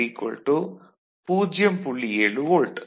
7 volt